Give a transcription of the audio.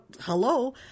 hello